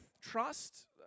trust